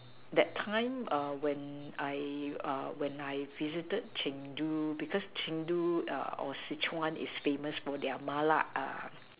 that time when I when I visited Chengdu because Chengdu or Sichuan is famous for their Mala